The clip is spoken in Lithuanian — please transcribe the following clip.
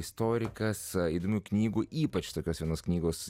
istorikas įdomių knygų ypač tokios vienos knygos